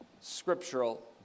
scriptural